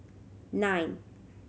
nine